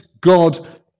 God